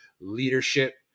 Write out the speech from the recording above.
leadership